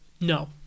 No